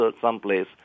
someplace